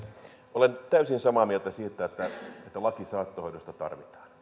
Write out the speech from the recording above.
olen täysin samaa mieltä siitä että laki saattohoidosta tarvitaan